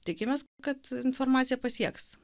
tikimės kad informacija pasieks